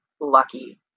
lucky